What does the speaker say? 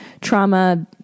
trauma